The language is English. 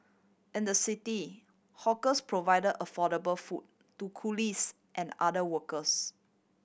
in the city hawkers provided affordable food to coolies and other workers